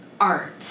art